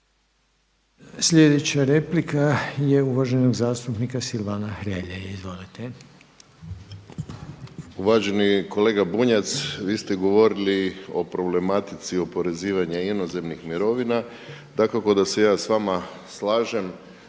Sljedeća replika je uvaženog zastupnika Silvana Hrelje. Izvolite. **Hrelja, Silvano (HSU)** Uvaženi kolega Bunjac, vi ste govorili o problematici oporezivanja inozemnih mirovina. Dakako da se ja sa vama slažem